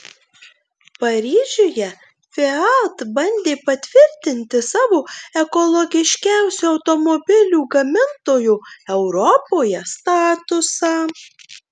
paryžiuje fiat bandė patvirtinti savo ekologiškiausio automobilių gamintojo europoje statusą